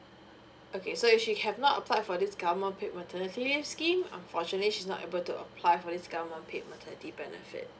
okay so if she have not applied for this government paid maternity leave scheme unfortunately she's not able to apply for this government paid maternity benefit